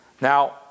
Now